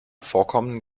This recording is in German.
vorkommenden